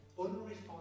unrefined